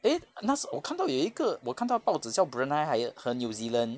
eh 那时我看到有一个我看到报纸叫 brunei 还有和 her new zealand